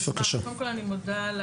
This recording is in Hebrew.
קודם כל אני מודה על